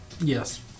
Yes